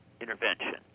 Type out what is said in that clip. intervention